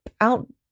out